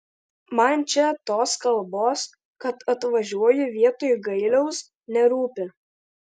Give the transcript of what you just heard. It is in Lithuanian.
man čia tos kalbos kad atvažiuoju vietoj gailiaus nerūpi